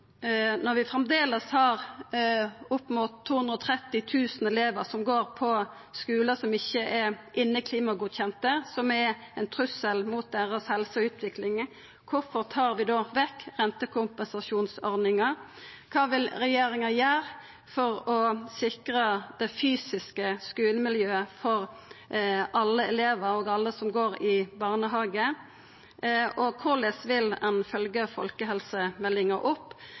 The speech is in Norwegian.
når vi framleis har opp mot 230 000 elevar som går på skular som ikkje er inneklimagodkjende, som er ein trussel mot deira helse og utvikling, kvifor tar vi da vekk rentekompensasjonsordninga? Kva vil regjeringa gjera for å sikra det fysiske skulemiljøet for alle elevar og alle som går i barnehage, og korleis vil ein følgja opp folkehelsemeldinga?